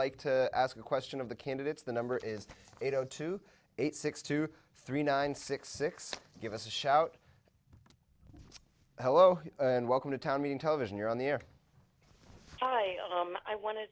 like to ask a question of the candidates the number is eight zero two eight six two three nine six six give us a shout hello and welcome to tommy in television you're on the air i want to